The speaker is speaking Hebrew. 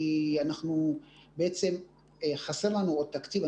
כי חסר לנו תקציב.